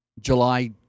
July